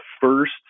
first